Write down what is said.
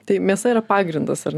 tai mėsa yra pagrindas ar